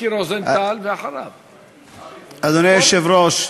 אדוני היושב-ראש,